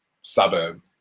suburb